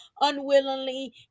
unwillingly